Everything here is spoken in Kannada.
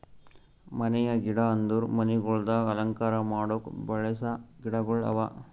ಮನೆಯ ಗಿಡ ಅಂದುರ್ ಮನಿಗೊಳ್ದಾಗ್ ಅಲಂಕಾರ ಮಾಡುಕ್ ಬೆಳಸ ಗಿಡಗೊಳ್ ಅವಾ